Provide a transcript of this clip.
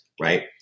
right